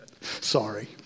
Sorry